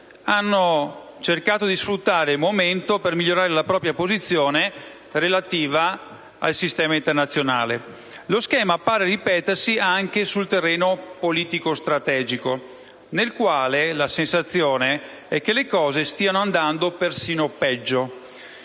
hanno cercato di sfruttare il momento per migliorare la propria posizione nel sistema internazionale. Lo schema pare ripetersi anche sul terreno politico-strategico, nel quale la sensazione è che le cose stiano andando persino peggio,